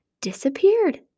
disappeared